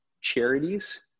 charities